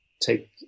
take